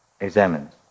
examines